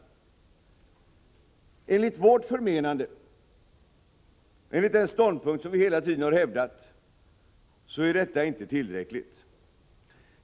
Enligt vårt förmenande, och enligt den ståndpunkt vi hela tiden har hävdat, är detta inte tillräckligt.